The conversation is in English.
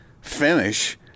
finish